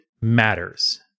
matters